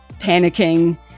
panicking